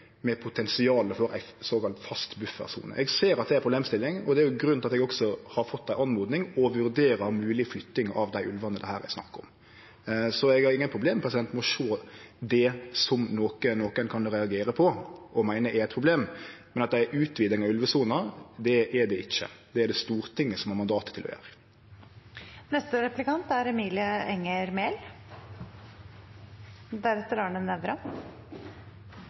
med eit potensial for ei såkalla fast buffersone. Eg ser at det er ei problemstilling, og det er grunnen til at eg også har fått ei oppmoding og vurderer ei mogeleg flytting av desse ulvane det her er snakk om. Eg har ingen problem med å sjå at det er noko som nokre kan reagere på og meine er eit problem, men at det er ei utviding av ulvesona, det er det ikkje. Det er det Stortinget som har mandat til å